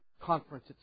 conference